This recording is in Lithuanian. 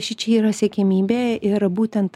šičia yra siekiamybė yra būtent